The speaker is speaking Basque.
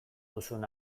duzun